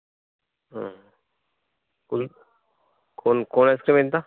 కుల్ cone cone ice cream ఎంత